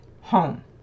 home